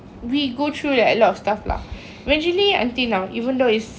we go through like a lot of stuff lah eventually until now even though it's